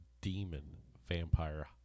demon-vampire